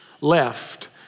left